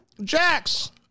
Jax